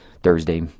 Thursday